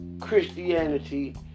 Christianity